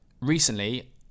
recently